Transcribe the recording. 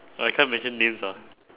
I can't mention names ah